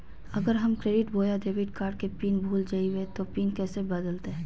अगर हम क्रेडिट बोया डेबिट कॉर्ड के पिन भूल जइबे तो पिन कैसे बदलते?